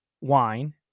wine